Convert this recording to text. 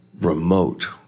remote